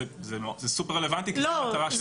זה סופר רלוונטי כי זו המטרה שלכם.